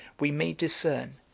we may discern,